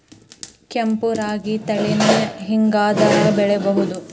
ಕೆಂಪ ರಾಗಿ ತಳಿನ ಹಿಂಗಾರದಾಗ ಬೆಳಿಬಹುದ?